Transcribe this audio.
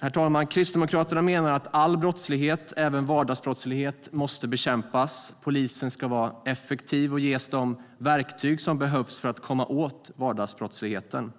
Herr talman! Kristdemokraterna menar att all brottslighet, även vardagsbrottslighet, måste bekämpas. Polisen ska vara effektiv och ges de verktyg som behövs för att komma åt vardagsbrottsligheten.